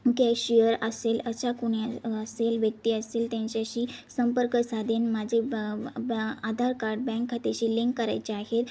cashier असेल अशा कुणी असेल व्यक्ती असेल त्यांच्याशी संपर्क साधेन माझे ब ब आधार कार्ड बँक खात्याशी लिंक करायचे आहे